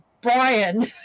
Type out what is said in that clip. brian